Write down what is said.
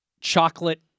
chocolate